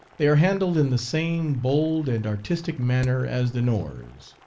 they are handled in the same bold and artistic manner as the norse.